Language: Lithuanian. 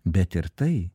bet ir tai